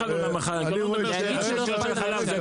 אבל --- כי אין יבואנים שאין להם קשר בכלל לעולם החי.